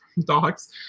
dogs